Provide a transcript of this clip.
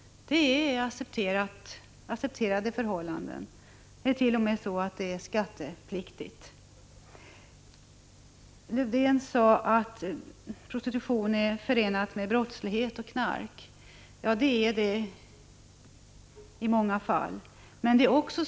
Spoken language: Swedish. Detta är accepterade förhållanden. Verksamheten är till och med skattepliktig. Lövdeén sade att prostitutionen är förenad med brottslighet och knark. Det 27 november 1985 = är det i många fall.